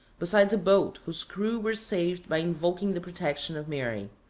besides a boat whose crew were saved by invoking the protection of mary.